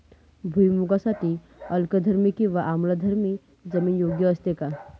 भुईमूगासाठी अल्कधर्मी किंवा आम्लधर्मी जमीन योग्य असते का?